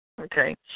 Okay